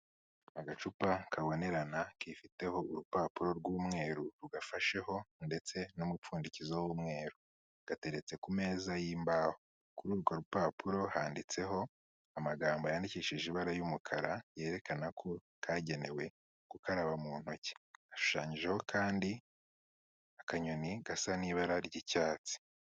Agacupa kabonerana kifiteho urupapuro rw'umweru rugafasheho ndetse n'umupfundikizo w'umweru. Gateretse ku meza y'imbaho. Kuri urwo rupapuro handitseho amagambo yandikishije ibara y'umukara yerekana ko kagenewe gukaraba mu ntoki, hashushanyijeho kandi akanyoni gasa n'ibara ry'icyatsi.